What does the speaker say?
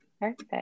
Perfect